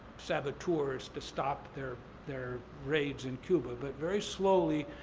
saboteurs to stop their their rage in cuba. but very slowly,